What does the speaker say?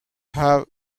have